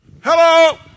Hello